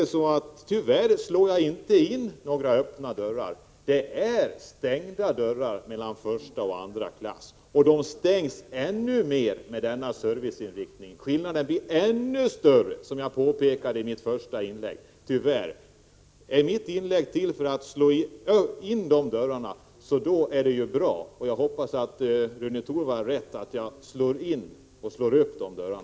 Det är tyvärr så att jag inte slår in några öppna dörrar. Det är stängda dörrar mellan första och andra klass, och detta blir ännu klarare genom den nya serviceinriktningen. Skillnaden blir, som jag påpekade i mitt första inlägg, tyvärr ännu större. Kan mina inlägg här bidra till att slå in de stängda dörrarna är det bra. Jag hoppas att Rune Torwald uppfattar att jag verkar för att slå in och slå upp dessa dörrar.